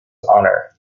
honor